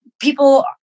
People